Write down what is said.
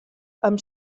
amb